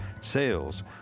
sales